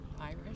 Irish